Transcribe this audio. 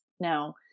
Now